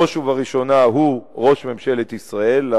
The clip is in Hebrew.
בראש ובראשונה הוא ראש ממשלת ישראל.